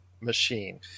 machine